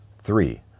Three